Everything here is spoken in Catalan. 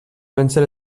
vèncer